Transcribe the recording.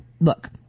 look